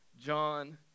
John